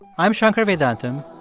i'm shankar vedantam.